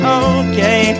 okay